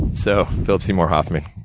so, phillip seymour hoffman,